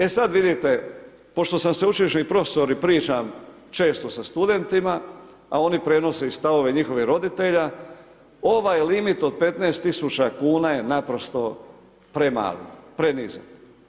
E sad vidite, pošto sam sveučilišni profesor i pričam često sa studentima, a oni prenose i stavove njihovih roditelja, ovaj limit od 15.000 kuna je naprosto premali, prenizak.